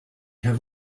have